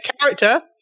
character